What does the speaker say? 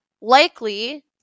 likely